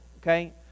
okay